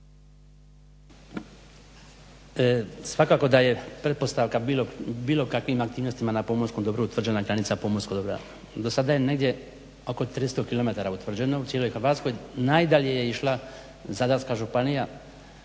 Svakako da je pretpostavka o bilo kakvim aktivnostima na pomorskom dobru utvrđena granica pomorskog dobra. Do sada je negdje oko 300 kilometara utvrđeno u cijeloj Hrvatskoj, najdalje je išla Zadarska županija